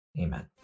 Amen